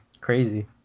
Crazy